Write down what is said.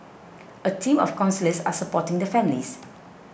a team of counsellors are supporting the families